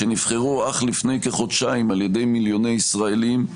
שנבחרו אך לפני כחודשיים על ידי מיליוני ישראלים,